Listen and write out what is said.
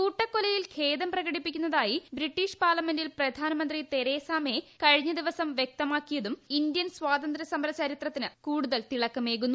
കൂട്ടക്കൊലയിൽ ഖേദം പ്രകടിപ്പിക്കുന്നതായി ബ്രിട്ടീഷ് പാർലമെന്റിൽ പ്രധാനമന്ത്രി തെരേസ മേ കഴിഞ്ഞ ദിവസം വൃക്തമാക്കിയതും ഇന്ത്യൻ സ്വാതന്ത്ര്യസമര ചരിത്രത്തിന് കൂടുതൽ തിളക്കമേറുന്നു